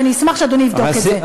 ואני אשמח שאדוני יבדוק את זה.